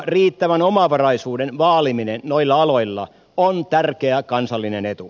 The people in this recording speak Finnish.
riittävän omavaraisuuden vaaliminen noilla aloilla on tärkeä kansallinen etu